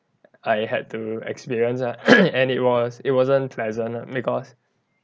I had to experience lah and it was it wasn't pleasant lah because